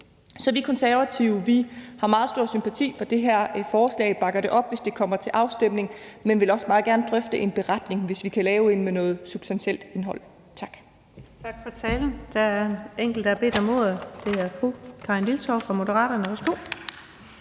Så vi Konservative har meget stor sympati for det her forslag og bakker det op, hvis det kommer til afstemning, men vi vil også meget gerne drøfte en beretning, hvis vi kan lave en med noget substantielt indhold. Tak.